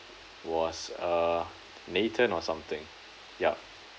was uh nathan or something yup